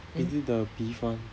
is it the beef one